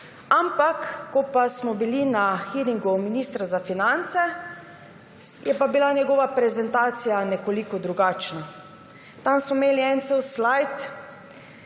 Ampak ko smo bili na hearingu ministra za finance, je bila njegova prezentacija nekoliko drugačna. Tam smo imeli en cel slide